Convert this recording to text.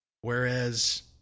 whereas